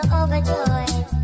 overjoyed